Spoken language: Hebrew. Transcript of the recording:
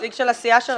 נציג של הסיעה שלכם.